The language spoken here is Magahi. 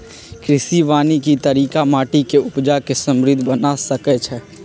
कृषि वानिकी तरिका माटि के उपजा के समृद्ध बना सकइछइ